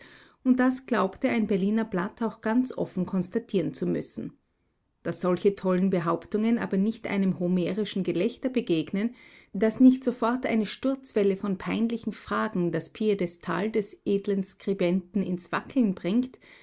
und das glaubte ein berliner blatt auch ganz offen konstatieren zu müssen daß solche tollen behauptungen aber nicht einem homerischen gelächter begegnen daß nicht sofort eine sturzwelle von peinlichen fragen das piedestal des edlen skribenten ins wackeln bringt